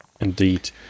Indeed